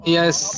Yes